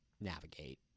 navigate